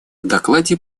докладе